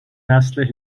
نسل